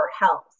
health